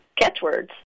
catchwords